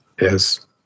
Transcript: Yes